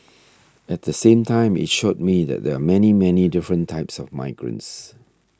at the same time it showed me that there are many many different types of migrants